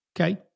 okay